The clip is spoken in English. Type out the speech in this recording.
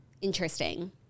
Interesting